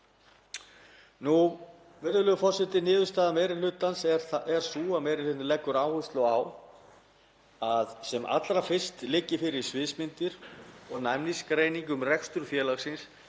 Virðulegur forseti. Niðurstaða meiri hlutans er sú að meiri hlutinn leggur áherslu á að sem allra fyrst liggi fyrir sviðsmyndir og næmnigreining um rekstur félagsins